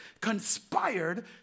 conspired